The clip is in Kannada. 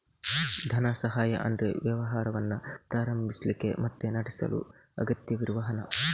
ಧನ ಸಹಾಯ ಅಂದ್ರೆ ವ್ಯವಹಾರವನ್ನ ಪ್ರಾರಂಭಿಸ್ಲಿಕ್ಕೆ ಮತ್ತೆ ನಡೆಸಲು ಅಗತ್ಯವಿರುವ ಹಣ